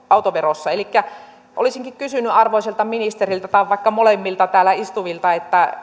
autoverossa olisinkin kysynyt arvoisalta ministeriltä tai vaikka molemmilta täällä istuvilta